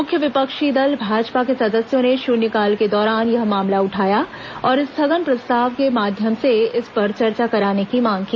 मुख्य विपक्षी दल भाजपा के सदस्यों ने शून्यकाल के दौरान यह मामला उठाया और स्थगन प्रस्ताव के माध्यम से इस पर चर्चा कराने की मांग की